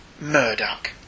Murdoch